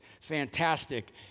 fantastic